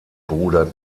bruder